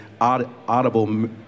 audible